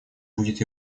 будет